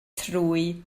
trwy